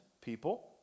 people